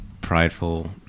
prideful